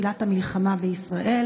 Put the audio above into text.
מתחילת המלחמה בישראל,